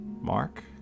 Mark